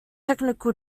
technical